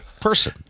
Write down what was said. person